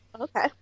Okay